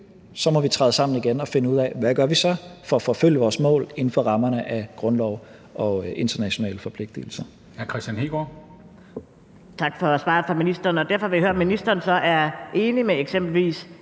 træde sammen igen og finde ud af, hvad vi så gør for at forfølge vores mål inden for rammerne af grundloven og de internationale forpligtelser.